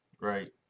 right